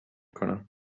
کنم